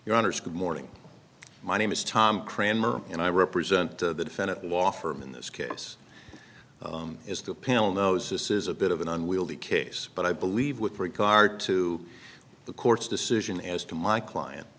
good morning my name is tom cranmer and i represent the defendant law firm in this case is the panel knows this is a bit of an unwieldy case but i believe with regard to the court's decision as to my client